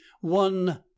one